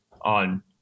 on